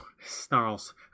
Snarls